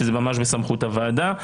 שזה בסמכות הוועדה.